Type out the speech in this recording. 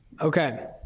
Okay